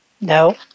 No